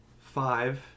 five